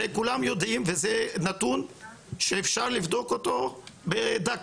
הרי כולם יודעים, וזה נתון שאפשר לבדוק אותו בדקה,